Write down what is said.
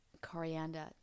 coriander